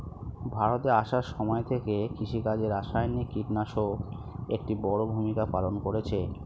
ভারতে আসার সময় থেকে কৃষিকাজে রাসায়নিক কিটনাশক একটি বড়ো ভূমিকা পালন করেছে